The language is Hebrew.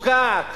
תוקעת